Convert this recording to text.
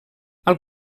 als